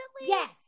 Yes